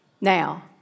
Now